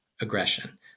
aggression